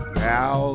now